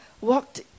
walked